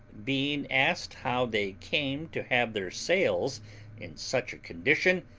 being asked how they came to have their sails in such a condition,